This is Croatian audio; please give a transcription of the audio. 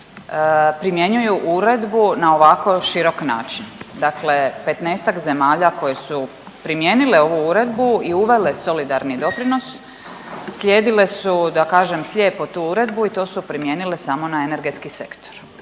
primjenjuju uredbu na ovako širok način, dakle 15-tak zemalja koje su primijenile ovu uredbu i uvele solidarni doprinos slijedile su da kažem slijepo tu uredbu i to su primijenile samo na energetski sektor.